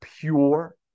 pure